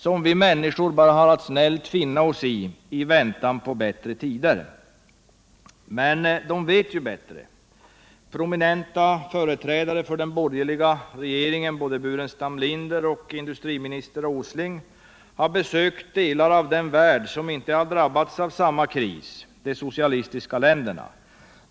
som vi människor bara har att snällt finna oss i — i väntan på bättre tider. Men de vet bättre. Prominenta företrädare för den borgerliga regeringen, både Staffan Burenstam Linder och industriminister Åsling, har besökt delar av den värld som inte har drabbats av samma kris — de socialistiska länderna.